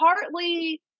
Partly